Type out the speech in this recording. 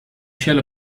shall